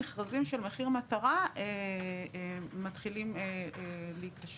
המכרזים של מחיר מטרה מתחילים להיכשל,